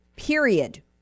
period